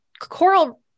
coral